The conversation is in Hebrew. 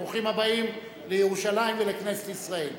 ברוכים הבאים לירושלים ולכנסת ישראל.